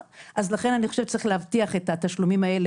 לכן אני חושבת שצריך להבטיח את התשלומים האלה